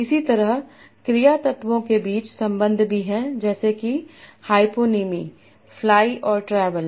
इसी तरह क्रिया तत्वों के बीच संबंध भी हैं जैसे कि हाइपोनीमी फ्लाई और ट्रैवल